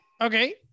Okay